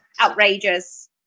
outrageous